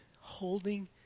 holding